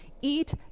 Eat